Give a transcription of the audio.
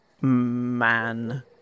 Man